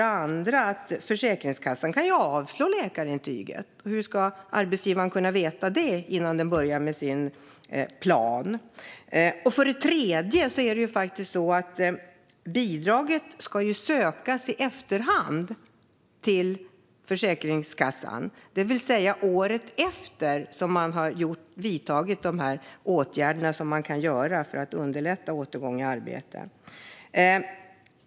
Dessutom kan Försäkringskassan avslå läkarintyget. Hur ska arbetsgivaren kunna veta det innan den börjar med sin plan? Det är också så att bidragsansökan till Försäkringskassan ska göras i efterhand, det vill säga året efter att man vidtagit åtgärder för att underlätta återgång i arbete.